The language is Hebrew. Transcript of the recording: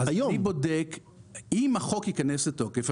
אז אם החוק ייכנס לתוקף,